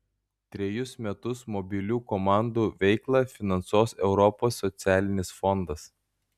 trejus metus mobilių komandų veiklą finansuos europos socialinis fondas